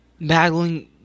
Battling